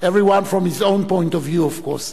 everyone from his own point of view, of course.